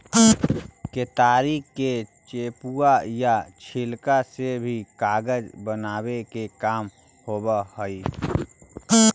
केतारी के चेपुआ या छिलका से भी कागज बनावे के काम होवऽ हई